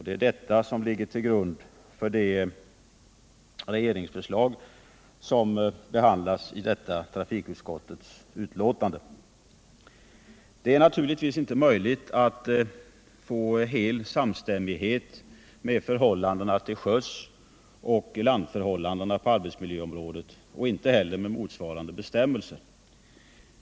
Det är detta som ligger till grund för det regeringsförslag som behandlas i det betänkande som trafikutskottet nu avgivit. Doet är naturligtvis inte möjligt att få hel samstämmighet på arbetsmiljöområdet mellan förhållandena till sjöss och landförhållandena, inte heller mellan motsvarande bestämmelser.